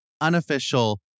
unofficial